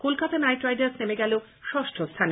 Kolkata Knight Riders নেমে গেল ষষ্ঠ স্হানে